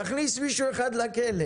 תכניס מישהו אחד לכלא